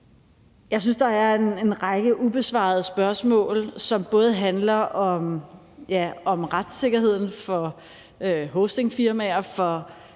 Jeg synes, der er en række ubesvarede spørgsmål, som både handler om retssikkerheden for hostingfirmaerne og